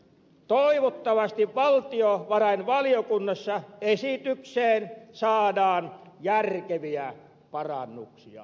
toivottavasti valtiovarainvaliokunnassa esitykseen saadaan järkeviä parannuksia